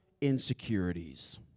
insecurities